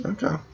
Okay